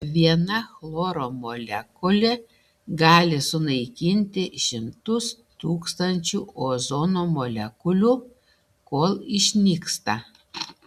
viena chloro molekulė gali sunaikinti šimtus tūkstančių ozono molekulių kol išnyksta